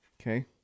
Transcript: Okay